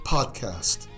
Podcast